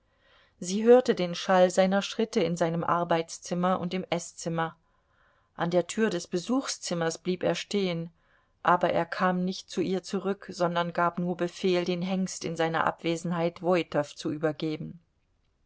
sie hörte den schall seiner schritte in seinem arbeitszimmer und im eßzimmer an der tür des besuchszimmers blieb er stehen aber er kam nicht zu ihr zurück sondern gab nur befehl den hengst in seiner abwesenheit woitow zu übergeben